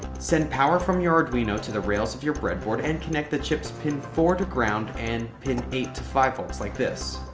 send power from your arduino to the rails of your breadboard and connect the chip's pin four to ground and and pin eight to five volts like this.